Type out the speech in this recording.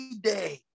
Day